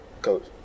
coach